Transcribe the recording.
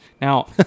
Now